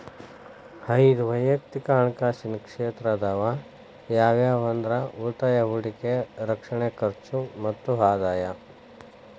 ಐದ್ ವಯಕ್ತಿಕ್ ಹಣಕಾಸಿನ ಕ್ಷೇತ್ರ ಅದಾವ ಯಾವ್ಯಾವ ಅಂದ್ರ ಉಳಿತಾಯ ಹೂಡಿಕೆ ರಕ್ಷಣೆ ಖರ್ಚು ಮತ್ತ ಆದಾಯ